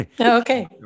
Okay